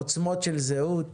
עוצמות של זהות,